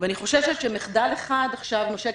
שבאמת נעשתה עבודה טובה מצד העסקנים.